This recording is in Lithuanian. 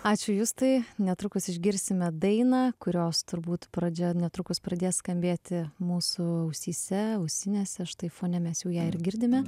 ačiū justai netrukus išgirsime dainą kurios turbūt pradžia netrukus pradės skambėti mūsų ausyse ausinėse štai fone mes jau ją ir girdime